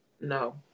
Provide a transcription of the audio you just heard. No